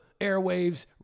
airwaves